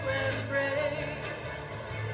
embrace